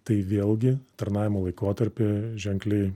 tai vėlgi tarnavimo laikotarpį ženkliai